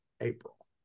April